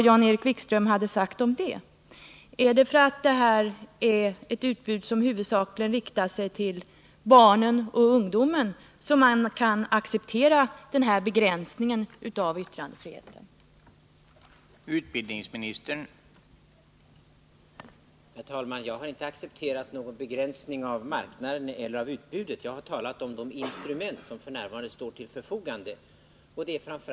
Är det på grund av att detta utbud huvudsakligen riktar sig till barn och ungdom som denna begränsning i yttrandefriheten kan accepteras?